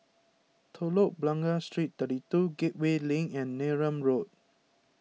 Telok Blangah Street thirty two Gateway Link and Neram Road